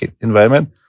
environment